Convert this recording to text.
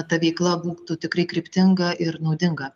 ta veikla būtų tikrai kryptinga ir naudinga